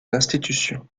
l’institution